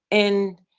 and,